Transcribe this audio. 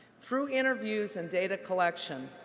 through interviews and data collection,